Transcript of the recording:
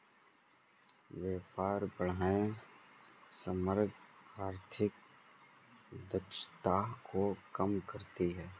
व्यापार बाधाएं समग्र आर्थिक दक्षता को कम करती हैं